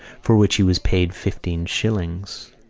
for which he was paid fifteen shillings.